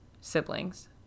siblings